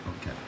Okay